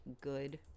good